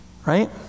Right